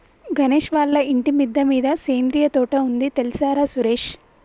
గణేష్ వాళ్ళ ఇంటి మిద్దె మీద సేంద్రియ తోట ఉంది తెల్సార సురేష్